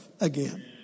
again